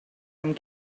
amb